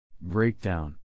Breakdown